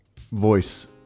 voice